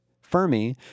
Fermi